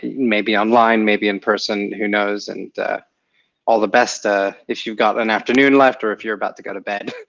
maybe online, maybe in person, who knows, and all the best ah if you've got an afternoon left, or if you're about to go to bed.